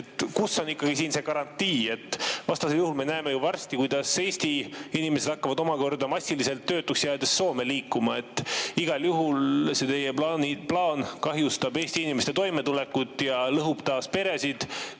Kus on ikkagi see garantii? Vastasel juhul me näeme varsti, kuidas Eesti inimesed hakkavad omakorda massiliselt töötuks jäädes Soome liikuma. Igal juhul see teie plaan kahjustab Eesti inimeste toimetulekut ja lõhub taas peresid,